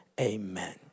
Amen